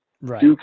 Right